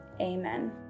Amen